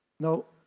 now,